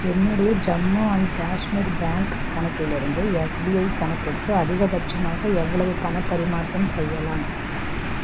என்னுடைய Jammu and Kashmir bank கணக்கிலிருந்து SBI கணக்குக்கு அதிகபட்சமாக எவ்வளவு பணப் பரிமாற்றம் செய்யலாம்